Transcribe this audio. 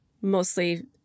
mostly